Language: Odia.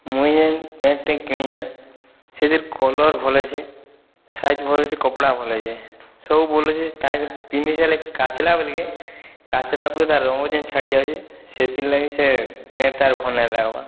ମୁଇଁ ଯେନ୍ ପେଣ୍ଟ୍ଟେ କିଣିଚେଁ ସେଥିର୍ କଲର୍ ଭଲ୍ ଅଛେ ସାଇଜ୍ ଭଲ୍ ଅଛେ କପଡ଼ା ଭଲ୍ ଅଛେ ସବୁ ଭଲ୍ ଅଛେ ତାହାକେ ପିନ୍ଧି ସାଇଲେ କାଚ୍ଲା ବେଲ୍କେ କାଚ୍ଲାବେଲ୍କେ ତାର୍ ରଙ୍ଗ ଯେନ୍ ଛାଡ଼ିଯାଉଛେ ସେଥିର୍ଲାଗି ସେ ପେଣ୍ଟ୍ଟା ଆରୁ ଭଲ୍ ନାଇଁ ଲାଗ୍ବାର୍